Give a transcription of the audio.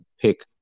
pick